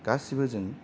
गासिबो जों